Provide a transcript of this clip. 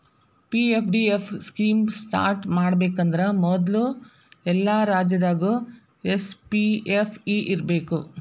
PFDF scheme start ಮಾಡಬೇಕಂದ್ರ ಮೊದ್ಲು ಎಲ್ಲಾ ರಾಜ್ಯದಾಗು ಎಸ್.ಪಿ.ಎಫ್.ಇ ಇರ್ಬೇಕು